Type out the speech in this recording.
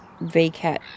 VCAT